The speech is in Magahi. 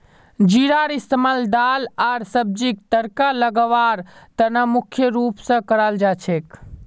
जीरार इस्तमाल दाल आर सब्जीक तड़का लगव्वार त न मुख्य रूप स कराल जा छेक